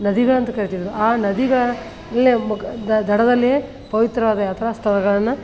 ನದಿಗಳು ಅಂತ ಕರೀತಿದ್ದರು ಆ ನದಿಗಳ ಲ್ಲೇ ದಡದಲ್ಲಿಯೇ ಪವಿತ್ರವಾದ ಯಾತ್ರಾಸ್ಥಳಗಳನ್ನು